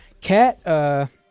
Cat